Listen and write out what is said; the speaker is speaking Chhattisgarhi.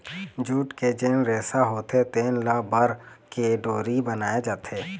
जूट के जेन रेसा होथे तेन ल बर के डोरी बनाए जाथे